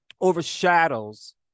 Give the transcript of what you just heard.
overshadows